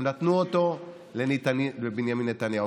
הם נתנו אותו לבנימין נתניהו.